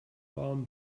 barn